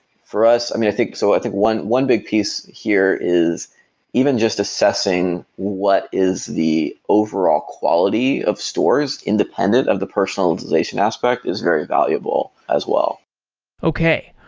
for us i mean, i think so i think one one big piece here is even just assessing what is the overall quality of stores independent of the personalization aspect is very valuable as well okay.